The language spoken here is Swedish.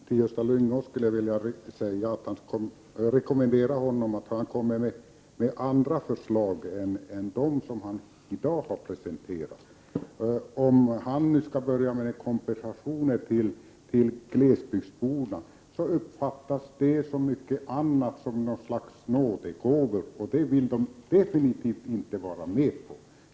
Herr talman! Jag skulle vilja rekommendera Gösta Lyngå att komma med andra förslag än dem han i dag har presenterat. Om han nu skall börja med en kompensation till glesbygdsborna så uppfattas detta som ett slags nådegåvor. Det vill de definitivt inte vara med på.